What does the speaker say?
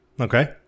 Okay